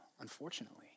unfortunately